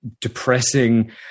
depressing